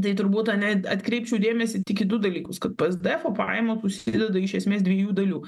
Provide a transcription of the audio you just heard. tai turbūt ane atkreipčiau dėmesį tik į du dalykus kad psdefo pajamos susideda iš esmės dviejų dalių